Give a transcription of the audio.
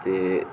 ते